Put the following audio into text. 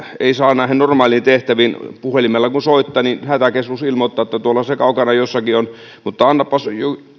ei saa normaaleihin tehtäviin puhelimella kun soittaa niin hätäkeskus ilmoittaa että tuolla se kaukana jossakin on mutta annapas